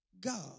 God